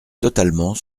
totalement